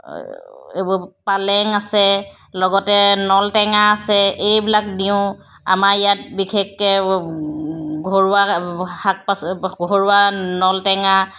এইবোৰ পালেং আছে লগতে নল টেঙা আছে এইবিলাক দিওঁ আমাৰ ইয়াত বিশেষকৈ ঘৰুৱা শাক পাচলি ঘৰুৱা নল টেঙা